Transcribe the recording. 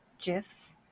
GIFs